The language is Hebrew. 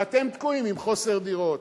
ואתם תקועים עם חוסר דירות.